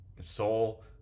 soul